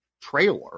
trailer